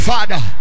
Father